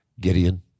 Gideon